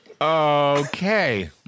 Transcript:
Okay